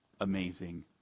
amazing